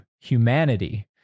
humanity